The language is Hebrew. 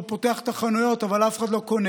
הוא פותח את החנויות, אבל אף אחד לא קונה.